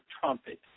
trumpet